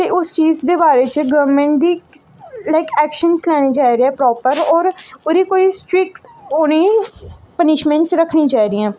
ते उस चीज दे बारे च गौरमैंट दी लाइक ऐक्शन्स लैने चाहिदे प्रापर और ओह्दे कोई स्ट्रिक्ट उ'नें पनिशमैंटस रक्खनी चाहि दियां